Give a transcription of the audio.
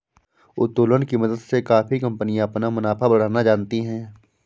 उत्तोलन की मदद से काफी कंपनियां अपना मुनाफा बढ़ाना जानती हैं